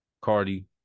Cardi